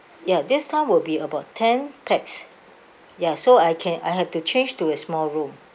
ya this time will be about ten pax ya so I can I have to change to a small room